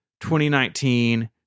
2019